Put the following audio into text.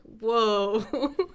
whoa